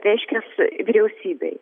reiškias vyriausybei